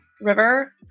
River